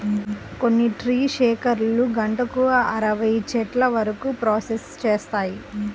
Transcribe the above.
కొన్ని ట్రీ షేకర్లు గంటకు అరవై చెట్ల వరకు ప్రాసెస్ చేస్తాయి